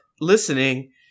listening